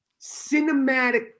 cinematic